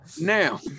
Now